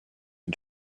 and